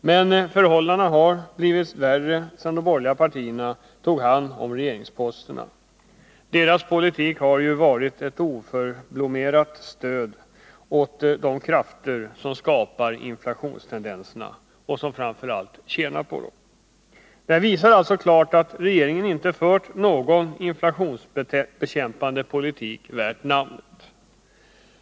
Men förhållandena har blivit värre sedan de borgerliga partierna tagit hand om regeringsposterna, Deras politik har ju varit ett oförblommerat stöd åt de krafter som skapar inflationstendenserna och som framför allt tjänar på dem. Detta visar alltså klart att regeringen inte fört någon inflationsbekämpande politik värd namnet.